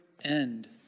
end